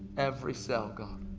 every cell god.